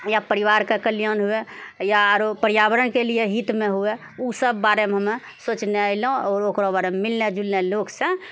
या परिवारके कल्याण हुए या आओरो पर्यावरणके लिअ हितमे हुए ओसभ बारमे हम सोचने अयलहुँ ओकरा बारेमे मिलनाइ जुलनाइ लोकसँ